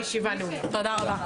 הישיבה נעולה.